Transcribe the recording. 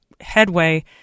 headway